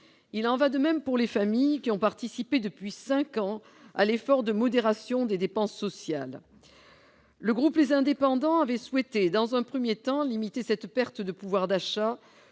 Il en va de même pour les familles, qui ont participé ces cinq dernières années à l'effort de modération des dépenses sociales. Le groupe Les Indépendants avait souhaité, dans un premier temps, limiter cette perte de pouvoir d'achat,